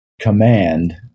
command